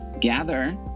gather